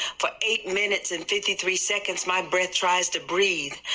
for eight minutes and fifty three seconds my breath tries to breathe.